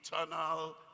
eternal